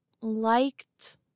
liked